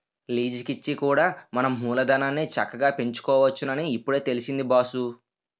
లీజికిచ్చి కూడా మన మూలధనాన్ని చక్కగా పెంచుకోవచ్చునని ఇప్పుడే తెలిసింది బాసూ